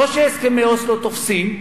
או שהסכמי אוסלו תופסים,